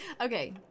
Okay